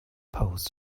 post